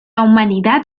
humanidad